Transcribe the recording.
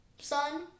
Son